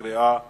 קריאה ראשונה,